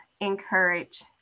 encourage